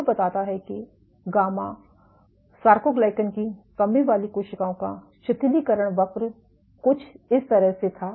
जो बताता है कि गामा सर्कोग्लायकन की कमी वाली कोशिकाएँ का शिथिलीकरण वक्र कुछ इस तरह से था